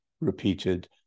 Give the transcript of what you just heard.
repeated